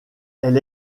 elle